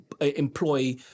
employ